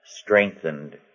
strengthened